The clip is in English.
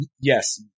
yes